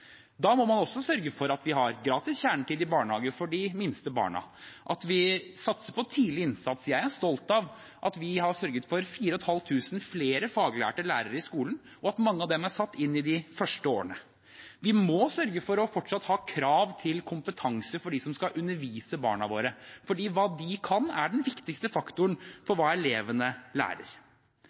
Da må man også sørge for at vi har gratis kjernetid i barnehage for de minste barna, og at vi satser på tidlig innsats. Jeg er stolt av at vi har sørget for 4 500 flere faglærte lærere i skolen, og at mange av dem er satt inn i de første årene. Vi må sørge for fortsatt å ha krav til kompetanse for dem som skal undervise barna våre, for hva de kan, er den viktigste faktoren for hva elevene lærer.